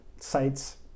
sites